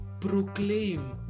proclaim